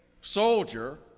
soldier